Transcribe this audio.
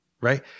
right